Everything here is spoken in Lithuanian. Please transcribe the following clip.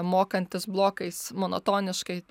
mokantis blokais monotoniškai